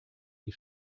die